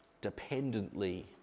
dependently